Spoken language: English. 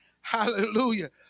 hallelujah